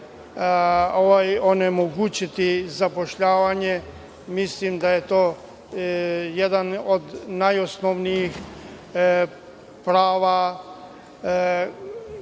onemogućiti zapošljavanje, mislim da je to jedan od najosnovnijih prava